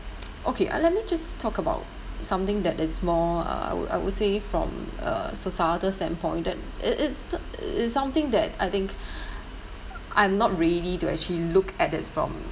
okay uh let me just talk about something that is more uh I would I would say from a societal standpoint that it it's it's something that I think I'm not ready to actually look at it from